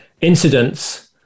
incidents